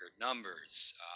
numbers